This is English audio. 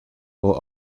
will